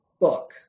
book